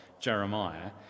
Jeremiah